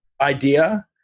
idea